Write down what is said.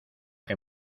que